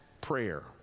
prayer